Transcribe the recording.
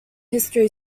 history